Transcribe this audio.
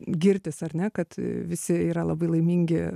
girtis ar ne kad visi yra labai laimingi